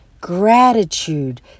gratitude